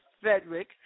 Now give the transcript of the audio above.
Frederick